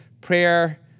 prayer